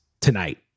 tonight